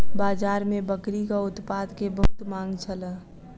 बाजार में बकरीक उत्पाद के बहुत मांग छल